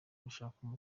gushaka